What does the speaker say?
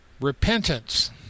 Repentance